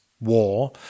war